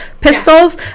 pistols